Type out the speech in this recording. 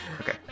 Okay